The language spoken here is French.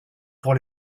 pour